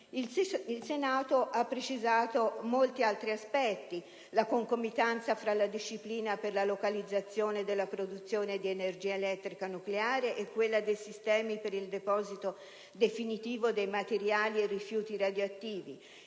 Il Senato ha precisato molti altri aspetti: la concomitanza tra la disciplina per la localizzazione della produzione di energia elettrica nucleare e quella dei sistemi per il deposito definitivo dei materiali e rifiuti radioattivi;